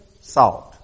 salt